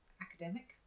academic